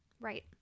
Right